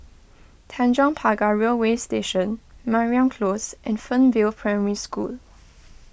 Tanjong Pagar Railway Station Mariam Close and Fernvale Primary School